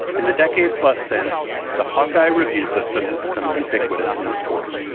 in the decade plus since the hawk-eye review system has become ubiquitous in the sport.